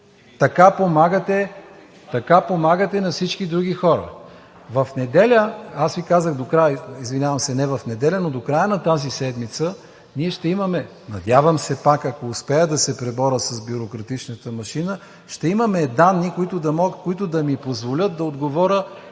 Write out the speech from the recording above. Така помагате на всички други хора. Аз Ви казах, извинявам се, не в неделя, но до края на тази седмица ние ще имаме, надявам се пак – ако успея да се преборя с бюрократичната машина, ще имаме данни, които да ми позволят да отговоря